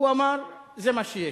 הוא אמר: זה מה שיש.